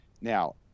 now